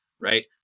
right